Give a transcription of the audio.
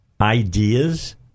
ideas